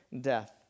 death